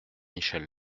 michel